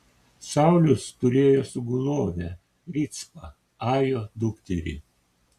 saulius turėjo sugulovę ricpą ajo dukterį